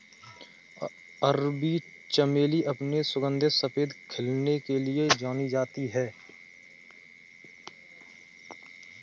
अरबी चमेली अपने सुगंधित सफेद खिलने के लिए जानी जाती है